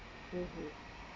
mmhmm